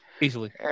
Easily